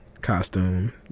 costume